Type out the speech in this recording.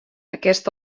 aquest